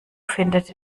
findet